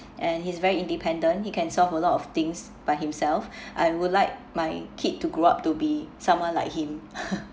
and he's very independent he can solve a lot of things by himself I would like my kid to grow up to be someone like him